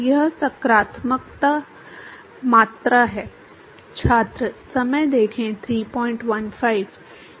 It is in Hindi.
यह सकारात्मक मात्रा है